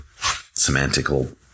semantical